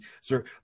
sir